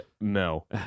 No